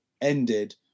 ended